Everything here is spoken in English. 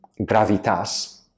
gravitas